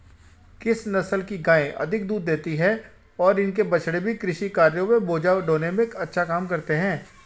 किस नस्ल की गायें अधिक दूध देती हैं और इनके बछड़े भी कृषि कार्यों एवं बोझा ढोने में अच्छा काम करते हैं?